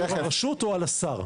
על הרשות או על השר?